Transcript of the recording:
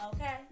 okay